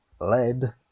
Lead